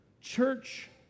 Church